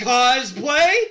Cosplay